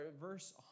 verse